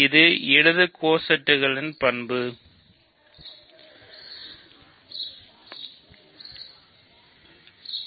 இது இடது கோசட்டுகளின் பண்பு இல்லையா